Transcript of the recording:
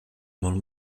molt